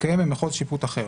יתקיים במחוז שיפוט אחר,